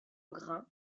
grains